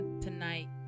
tonight